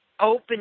open